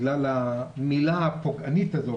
בגלל המילה הפוגענית הזו,